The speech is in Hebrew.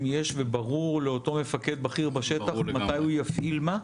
יש וברור לאותו מפקד בכיר בשטח מתי הוא יפעיל מה?